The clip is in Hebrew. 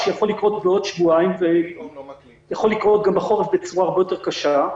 שיכול לקרות בעוד שבועיים ויכול לקרות גם בחורף בצורה הרבה יותר קשה.